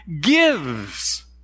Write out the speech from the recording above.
gives